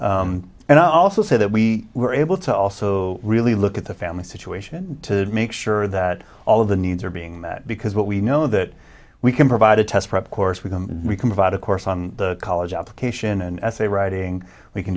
and i also say that we were able to also really look at the family situation to make sure that all of the needs are being met because what we know that we can provide a test prep course we can we can move out of course on the college application and essay writing we can